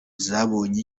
zabonye